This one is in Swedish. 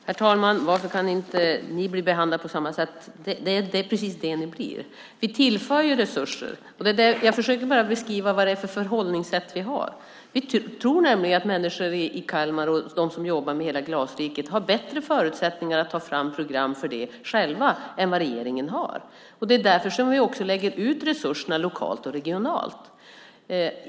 Herr talman! Varför kan inte ni bli behandlade på samma sätt? Det är precis det ni blir. Vi tillför ju resurser. Jag försöker bara beskriva vilket förhållningssätt vi har. Vi tror att människorna i Kalmar och de som jobbar med hela Glasriket har bättre förutsättningar att själva ta fram program för det än vad regeringen har. Det är därför vi också lägger ut resurserna lokalt och regionalt.